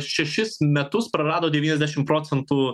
šešis metus prarado devyniasdešim procentų